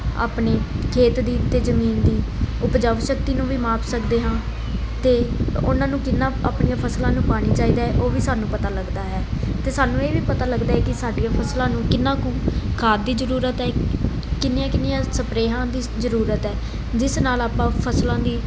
ਆਪਣੇ ਖੇਤ ਦੀ ਅਤੇ ਜ਼ਮੀਨ ਦੀ ਉਪਜਾਊ ਸ਼ਕਤੀ ਨੂੰ ਵੀ ਮਾਪ ਸਕਦੇ ਹਾਂ ਅਤੇ ਉਹਨਾਂ ਨੂੰ ਕਿੰਨਾ ਆਪਣੀਆਂ ਫਸਲਾਂ ਨੂੰ ਪਾਣੀ ਚਾਹੀਦਾ ਉਹ ਵੀ ਸਾਨੂੰ ਪਤਾ ਲੱਗਦਾ ਹੈ ਅਤੇ ਸਾਨੂੰ ਇਹ ਵੀ ਪਤਾ ਲੱਗਦਾ ਹੈ ਕਿ ਸਾਡੀਆਂ ਫਸਲਾਂ ਨੂੰ ਕਿੰਨਾ ਕੁ ਖਾਦ ਦੀ ਜ਼ਰੂਰਤ ਹੈ ਕਿੰਨੀਆਂ ਕਿੰਨੀਆਂ ਸਪਰੇਹਾਂ ਦੀ ਜ਼ਰੂਰਤ ਹੈ ਜਿਸ ਨਾਲ ਆਪਾਂ ਫਸਲਾਂ ਦੀ